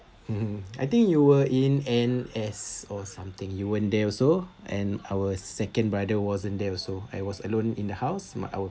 mmhmm I think you were in N_S or something you weren't t there also and our second brother wasn't there also I was alone in the house ma~ our